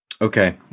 Okay